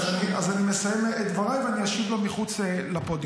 אז אני מסיים את דבריי ואני אשיב לו מחוץ לפודיום,